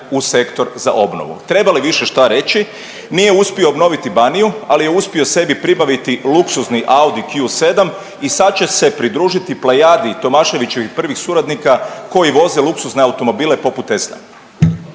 u Sektor za obnovu. Treba li više šta reći? nije uspio obnoviti Baniju, ali je uspio sebi pribaviti luksuzni Audi Q7 i sad će se pridružiti plejadi Tomaševićevih prvih suradnika koji voze luksuzne automobile poput